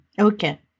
Okay